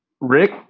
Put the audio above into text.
Rick